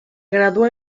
graduó